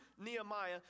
Nehemiah